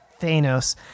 Thanos